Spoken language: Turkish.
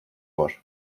var